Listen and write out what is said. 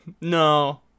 No